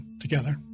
together